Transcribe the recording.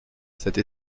cette